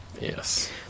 Yes